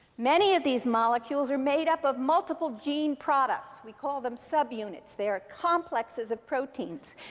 many of these molecules are made up of multiple gene products. we call them subunits. they are complexes of proteins.